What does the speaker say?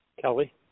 Kelly